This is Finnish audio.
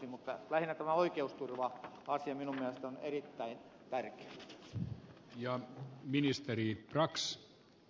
lähinnä tämä oikeusturva asia minun mielestäni on erittäin tärkeä